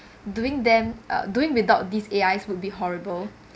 doing them uh doing without this A_I would be horrible